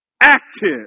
Active